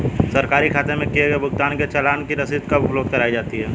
सरकारी खाते में किए गए भुगतान के लिए चालान की रसीद कब उपलब्ध कराईं जाती हैं?